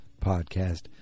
podcast